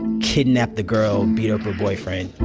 kidnap the girl, beat up her boyfriend.